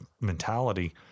mentality